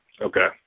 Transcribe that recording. Okay